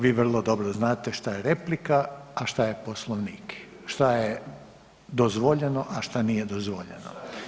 Vi vrlo dobro znate šta je replika, a šta je Poslovnik, šta je dozvoljeno, a šta nije dozvoljeno.